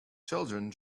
children